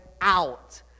out